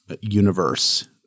universe